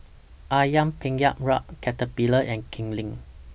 Ayam Penyet Ria Caterpillar and Kipling